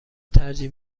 ترجیح